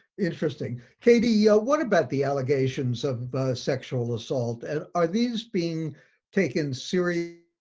interesting. katie, yeah what about the allegations of sexual assault? and are these being taken seriously